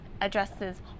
addresses